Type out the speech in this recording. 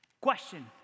Question